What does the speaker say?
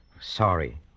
Sorry